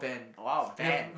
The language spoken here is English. !wow! Ben